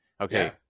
Okay